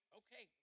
okay